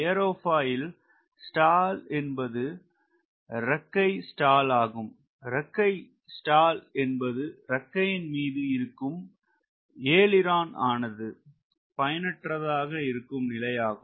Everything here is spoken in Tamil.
ஏரோபாயில் ஸ்டால் என்பது இறக்கை ஸ்டால் ஆகும் இறக்கை ஸ்டால் என்பது இறக்கையின் மீது இருக்கும் ஏய்லெரோன் ஆனது பயனற்றதாக இருக்கும் நிலை ஆகும்